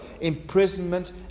imprisonment